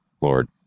Lord